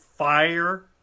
fire